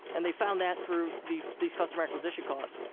and they found that through these these customer acquisition costs.